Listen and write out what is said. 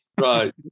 Right